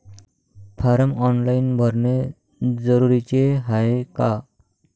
Form online भरने जरुरीचे हाय का?